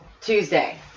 Tuesday